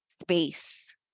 space